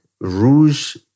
Rouge